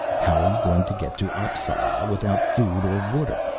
how are you going to get to appsala without food or water,